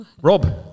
Rob